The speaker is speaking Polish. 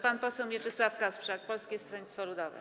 Pan poseł Mieczysław Kasprzak, Polskie Stronnictwo Ludowe.